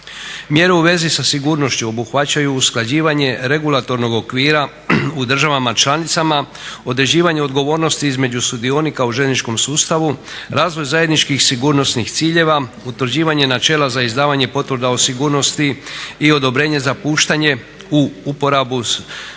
Mjere u vezi sa sigurnošću obuhvaćaju usklađivanje regulatornog okvira u državama, određivanje odgovornosti između sudionika u željezničkom sustavu, razvoj zajedničkih sigurnosnih ciljeva, utvrđivanje načela za izdavanje potvrda o sigurnosti i odobrenje za puštanje u uporabu strukturnih